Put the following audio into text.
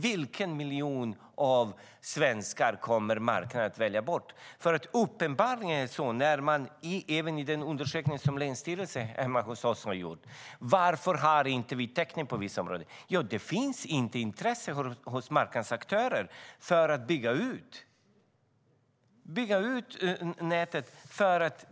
Vilken miljon av svenskarna kommer marknaden att välja bort? Uppenbarligen är det, även enligt den undersökning som länsstyrelsen hemma hos har gjort om varför man inte har täckning i vissa områden, så att det inte finns intresse hos marknadens aktörer att bygga ut nätet.